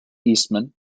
eastman